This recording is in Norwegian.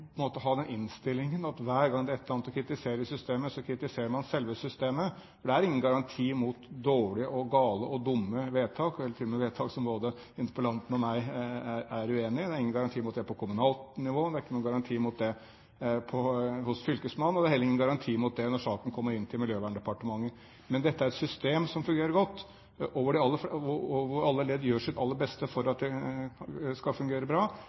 ha den innstillingen at hver gang det er et eller annet å kritisere i systemet, kritiserer man selve systemet, for det er ingen garanti mot dårlige, gale, og dumme vedtak, til og med vedtak som både spørreren og jeg er uenige i. Det er ingen garanti mot det på kommunalt nivå, det er ingen garanti mot det hos fylkesmannen, og det er heller ingen garanti mot det når saken kommer inn for Miljøverndepartementet. Men dette er et system som fungerer godt, og hvor man i alle ledd gjør sitt beste for at det skal fungere bra.